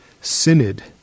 synod